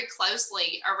closely